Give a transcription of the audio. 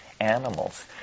animals